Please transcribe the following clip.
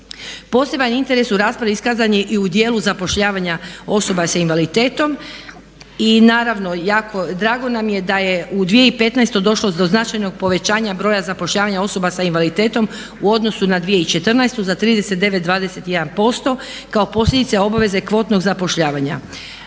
Poseban interes u raspravi iskazan je i u dijelu zapošljavanja osoba sa invaliditetom. I naravno drago nam je da je u 2015. došlo do značajnog povećanja broja zapošljavanja osoba sa invaliditetom u odnosu na 2014. za 39,21% kao posljedice obaveze kvotnog zapošljavanja.